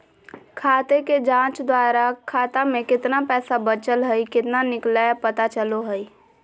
खाते के जांच द्वारा खाता में केतना पैसा बचल हइ केतना निकलय पता चलो हइ